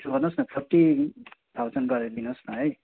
यसो गर्नुहोस् न थर्ट्टी थाउजन्ड गरेर दिनुहोस् न है